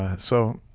ah so,